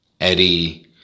Eddie